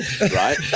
Right